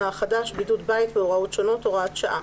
החדש) (בידוד בית והוראות שונות) (הוראת שעה),